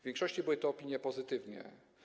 W większości były to opinie pozytywne.